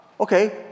Okay